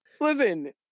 Listen